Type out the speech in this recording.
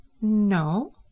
No